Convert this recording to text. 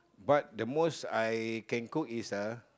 but the most I can cook is uh